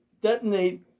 detonate